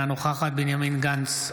אינה נוכחת בנימין גנץ,